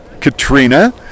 Katrina